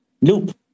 loop